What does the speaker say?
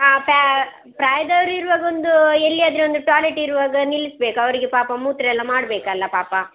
ಹಾಂ ಪ್ರಾಯ್ದವ್ರು ಇರುವಾಗ ಒಂದು ಎಲ್ಲಿಯಾದರು ಒಂದು ಟಾಯ್ಲೆಟ್ ಇರುವಾಗ ನಿಲ್ಲಿಸ್ಬೇಕು ಅವರಿಗೆ ಪಾಪ ಮೂತ್ರಯೆಲ್ಲ ಮಾಡಬೇಕಲ್ಲಾ ಪಾಪಾ